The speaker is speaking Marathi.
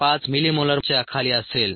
5 मिलीमोलारच्या खाली असेल